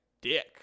Dick